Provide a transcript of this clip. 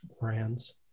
brands